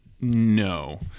No